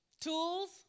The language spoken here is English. tools